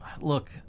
Look